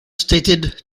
stated